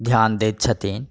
ध्यान दैत छथिन